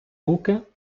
руки